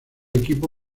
equipo